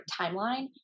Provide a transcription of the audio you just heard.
timeline